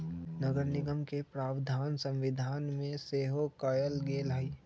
नगरनिगम के प्रावधान संविधान में सेहो कयल गेल हई